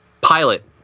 Pilot